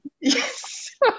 Yes